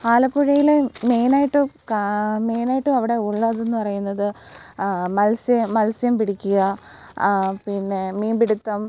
ആലപ്പുഴയിൽ മെയിനായിട്ടും മെയ്നായിട്ടും അവിടെ ഉള്ളതെന്ന് പറയുന്നത് മത്സ്യം മത്സ്യം പിടിക്കുക പിന്നെ മീൻപിടുത്തം